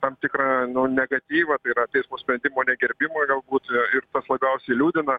tam tikrą nu negatyvą tai yra teismo sprendimo negerbimą galbūt ir tas labiausiai liūdina